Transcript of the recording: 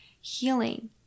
Healing